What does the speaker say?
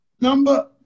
number